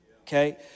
okay